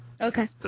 Okay